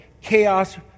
chaos